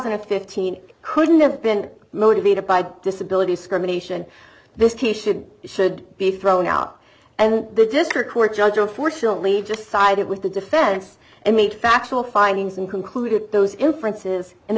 and fifteen couldn't have been motivated by disability compensation this case should should be thrown out and the district court judge or fortunately just sided with the defense and made factual findings and concluded those inferences and the